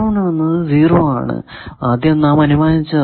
എന്നത് 0 ആണെന്ന് നാം ആദ്യം അനുമാനിച്ചതാണ്